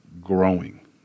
growing